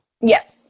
yes